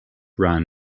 run